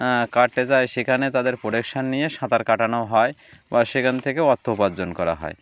কাটে যায় সেখানে তাদের প্রোটেকশান নিয়ে সাঁতার কাটানো হয় বা সেখান থেকে অর্থ উপার্জন করা হয়